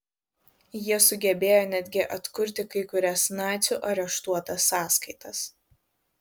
jie sugebėjo netgi atkurti kai kurias nacių areštuotas sąskaitas